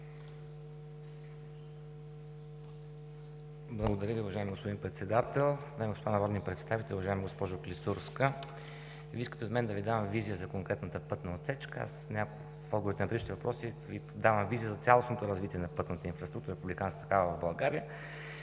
Благодаря Ви, уважаеми господин Председател. Дами и господа народни представители! Уважаема госпожо Клисурска, Вие искате от мен да Ви дам визия за конкретната пътна отсечка. С оглед на отговор на бъдещи въпроси Ви давам визия за цялостното развитие на пътната инфраструктура – и републиканската такава, в България,